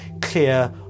clear